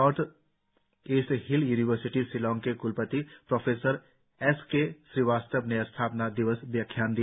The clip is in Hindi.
north east hill university Shillong के क्लपति प्रो एस के श्रीवास्तव ने स्थापना दिवस व्याख्यान दिया